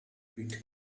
pit